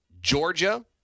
Georgia